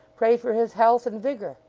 pray for his health and vigour.